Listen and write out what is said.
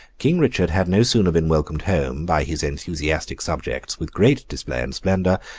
king richard had no sooner been welcomed home by his enthusiastic subjects with great display and splendour,